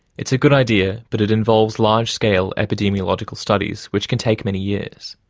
it's a good idea, but it involves large-scale epidemiological studies, which can take many years.